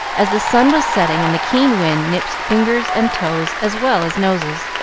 as the sun was setting and the keen wind nipped fingers and toes as well as noses.